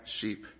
sheep